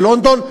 בלונדון,